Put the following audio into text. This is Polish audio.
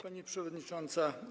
Pani Przewodnicząca!